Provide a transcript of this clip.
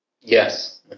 Yes